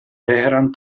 vehrehan